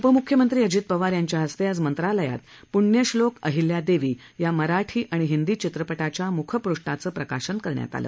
उपमुख्यमंत्री अजित पवार यांच्या हस्ते आज मंत्रालयात पुण्यश्लोक अहिल्यादेवी या मराठी हिंदी चित्रपटाच्या मुखपृष्ठाचे प्रकाशन करण्यात आलं